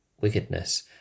wickedness